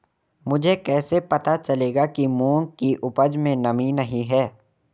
मुझे कैसे पता चलेगा कि मूंग की उपज में नमी नहीं है?